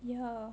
ya